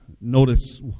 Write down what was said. notice